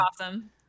awesome